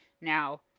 Now